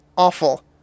Awful